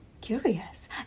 curious